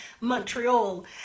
montreal